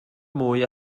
mwy